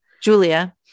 Julia